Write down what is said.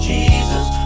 Jesus